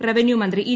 revenue മന്ത്രിൂ E